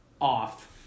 off